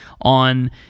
on